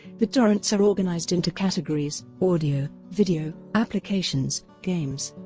the torrents are organised into categories audio, video, applications, games,